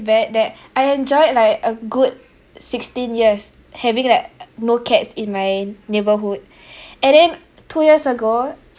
bad that I enjoyed like a good sixteen years having like no cats in my neighborhood and then two years ago